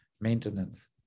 maintenance